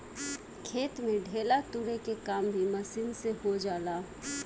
खेत में ढेला तुरे के काम भी मशीन से हो जाला